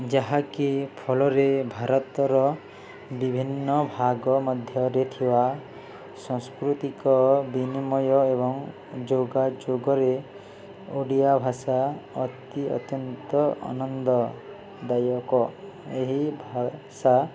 ଯାହାକି ଫଳରେ ଭାରତର ବିଭିନ୍ନ ଭାଗ ମଧ୍ୟରେ ଥିବା ସାଂସ୍କୃତିକ ବିନିମୟ ଏବଂ ଯୋଗାଯୋଗରେ ଓଡ଼ିଆ ଭାଷା ଅତି ଅତ୍ୟନ୍ତ ଆନନ୍ଦଦାୟକ ଏହି ଭାଷା